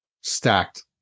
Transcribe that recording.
stacked